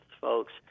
folks